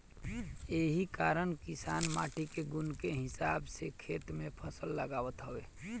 एही कारण किसान माटी के गुण के हिसाब से खेत में फसल लगावत हवे